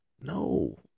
No